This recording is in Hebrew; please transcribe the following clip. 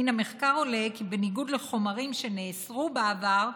מן המחקר עולה כי בניגוד לחומרים שנאסרו בעבר,